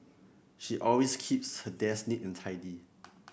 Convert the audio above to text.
she always keeps her desk neat and tidy